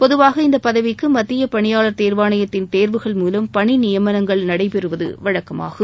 பொதுவாக இந்த பதவிக்கு மத்திய பணியாளர் தேர்வாணயத்தின் தேர்வுகள் மூலம் பணிநியமனங்கள் நடைபெறுவது வழக்கமாகும்